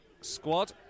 squad